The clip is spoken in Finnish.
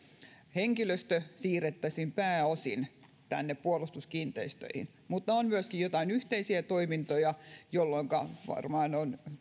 henkilöstö siirrettäisiin pääosin puolustuskiinteistöihin mutta on myöskin jotain yhteisiä toimintoja jolloinka varmaan on